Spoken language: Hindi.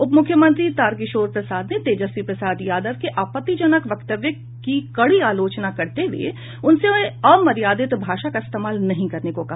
उप मुख्यमंत्री तार किशोर प्रसाद ने तेजस्वी प्रसाद यादव के आपत्तिजनक वक्तव्य की कड़ी आलोचना करते हुए उनसे अमर्यादित भाषा का इस्तेमाल नहीं करने को कहा